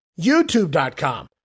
YouTube.com